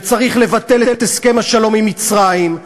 וצריך לבטל את הסכם השלום עם מצרים,